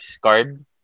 card